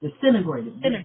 disintegrated